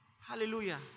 Hallelujah